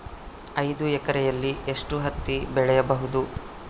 ಐದು ಎಕರೆಯಲ್ಲಿ ಎಷ್ಟು ಹತ್ತಿ ಬೆಳೆಯಬಹುದು?